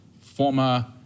former